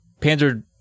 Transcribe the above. Panzer